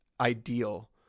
ideal